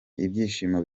ibyishimo